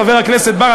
חבר הכנסת בר,